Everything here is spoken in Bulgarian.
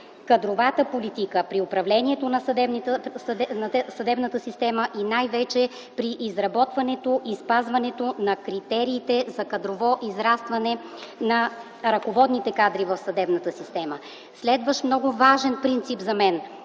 кадровата политика при управлението на съдебната система и най-вече при изработването и спазването на критериите за кадрово израстване на ръководните кадри в съдебната система. Следващ много важен принцип за мен